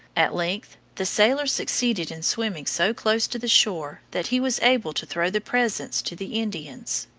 at length the sailor succeeded in swimming so close to the shore that he was able to throw the presents to the indians.